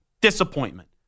disappointment